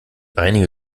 einige